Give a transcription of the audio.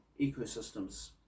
ecosystems